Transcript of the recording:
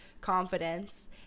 confidence